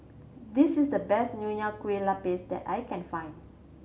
this is the best Nonya Kueh Lapis that I can find